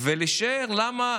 ולשער למה